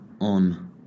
on